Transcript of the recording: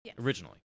originally